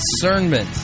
discernment